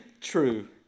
true